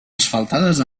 asfaltades